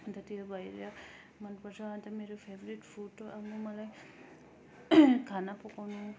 अन्त त्यो भएर मनपर्छ अन्त मेरो फेभरेट फुड अनि मलाई खाना पकाउनु